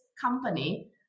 company